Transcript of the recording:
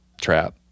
trap